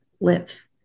live